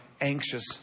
anxious